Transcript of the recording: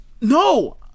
No